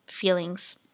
feelings